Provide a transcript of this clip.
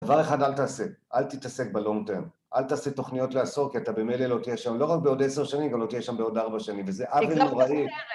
דבר אחד, אל תעשה. אל תתעסק ב long term. אל תעשה תוכניות לעשור, כי אתה במילא לא תהיה שם, לא רק בעוד עשר שנים, גם לא תהיה שם בעוד ארבע שנים, וזה עוול נוראי.